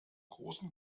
großen